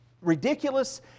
ridiculous